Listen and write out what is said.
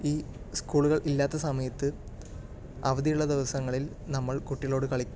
ഈ സ്കൂളുകൾ ഇല്ലാത്ത സമയത്ത് അവധിയുള്ള ദിവസങ്ങളിൽ നമ്മൾ കുട്ടികളോട് കളി